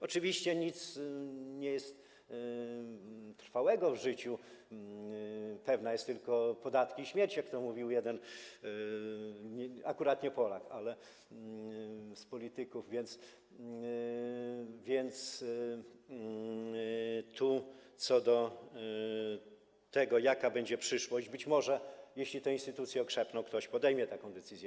Oczywiście nie ma nic trwałego w życiu, pewne są tylko podatki i śmierć, jak to mówił jeden akurat nie Polak, ale jeden z polityków, więc co do tego, jaka będzie przyszłość, być może, jeśli te instytucje okrzepną, ktoś podejmie taką decyzję.